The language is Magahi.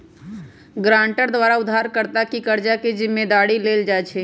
गराँटर द्वारा उधारकर्ता के कर्जा के जिम्मदारी लेल जाइ छइ